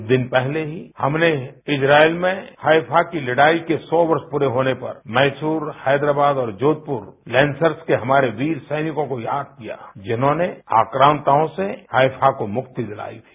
कुछ दिन पहले ही हमने इस्राइल में हैफा की लड़ाई के सौ वर्ष पूरे होने पर मैसूर हैदराबाद और जोधपुर लैंसर्स के हमारे वीर सैनिकों को याद किया जिन्होंने आक्रान्ताओं से हैफा को मुक्ति दिलाई थी